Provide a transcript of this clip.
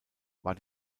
war